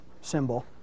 symbol